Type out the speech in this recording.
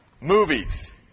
movies